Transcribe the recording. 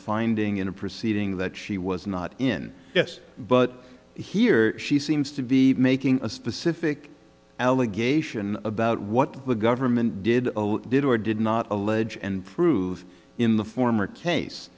finding in a proceeding that she was not in yes but here she seems to be making a specific allegation about what the government did did or did not allege and prove in the former case